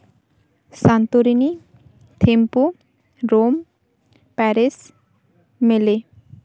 Santorini ᱛᱷᱮᱢᱯᱩ Rome Paris ᱢᱤᱞᱤ